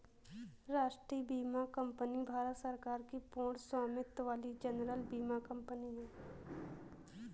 राष्ट्रीय बीमा कंपनी भारत सरकार की पूर्ण स्वामित्व वाली जनरल बीमा कंपनी है